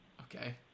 Okay